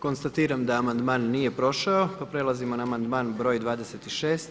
Konstatiram da amandman nije prošao pa prelazimo na amandman broj 26.